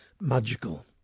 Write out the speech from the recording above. magical